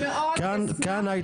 אני מאוד אשמח